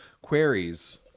queries